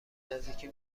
نزدیکی